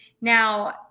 Now